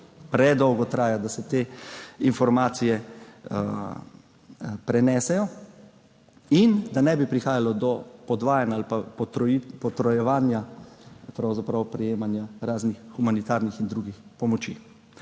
Predolgo traja, da se te informacije prenesejo. Da ne bi prihajalo do podvajanj ali pa pravzaprav potrojevanja prejemanja raznih humanitarnih in drugih pomoči.